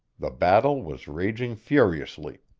the battle was raging furiously.